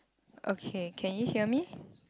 okay can you hear me